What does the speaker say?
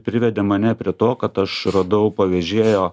privedė mane prie to kad aš radau pavežėjo